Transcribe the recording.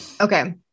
Okay